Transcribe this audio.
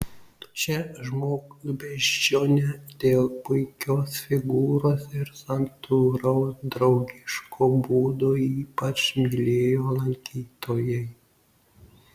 šią žmogbeždžionę dėl puikios figūros ir santūraus draugiško būdo ypač mylėjo lankytojai